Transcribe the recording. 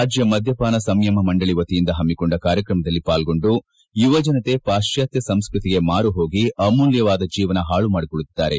ರಾಜ್ಯ ಮದ್ದಪಾನ ಸಂಯಮ ಮಂಡಳಿ ವತಿಯಿಂದ ಹಮ್ಮಿಕೊಂಡ ಕಾರ್ಯಕ್ರಮದಲ್ಲಿ ಪಾಲ್ಗೊಂಡು ಯುವಜನತೆ ಪಾತ್ವಾತ್ವ ಸಂಸ್ಕೃತಿಗೆ ಮಾರು ಹೋಗಿ ಅಮೂಲ್ಯವಾದ ಜೀವನ ಪಾಳು ಮಾಡಿಕೊಳ್ಳುತ್ತಿದ್ದಾರೆ